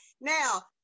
Now